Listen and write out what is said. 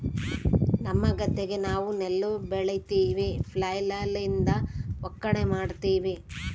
ನಮ್ಮ ಗದ್ದೆಗ ನಾವು ನೆಲ್ಲು ಬೆಳಿತಿವಿ, ಫ್ಲ್ಯಾಯ್ಲ್ ಲಿಂದ ಒಕ್ಕಣೆ ಮಾಡ್ತಿವಿ